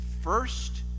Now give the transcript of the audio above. first